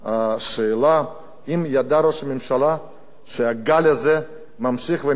השאלה היא האם ידע ראש הממשלה שהגל הזה ממשיך ומתגבר.